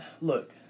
look